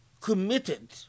committed